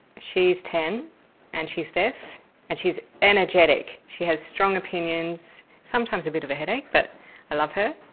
she's ten and she's deaf and she's energetic, she has strong opinions, sometimes a bit of a headache, but i love her.